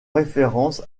référence